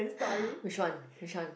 which one which one